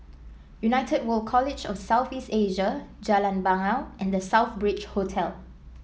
United World College of South East Asia Jalan Bangau and The Southbridge Hotel